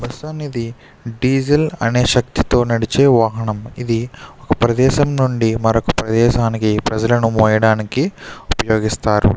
bus అనేది diesel అనే శక్తితో నడిచే వాహనం ఇది ఒక ప్రదేశం నుండి మరొక ప్రదేశానికి ప్రజలను మోయడానికి ఉపయోగిస్తారు